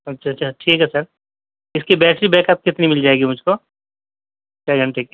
اچھا اچھا ٹھیک ہے سر اِس کی بیٹری بیک اپ کتنی مِل جائے گی مجھ کو کے گھنٹے کی